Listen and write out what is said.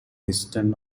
western